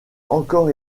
encore